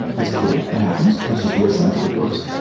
that's cool. that happens. that's just the way scientific works.